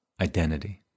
identity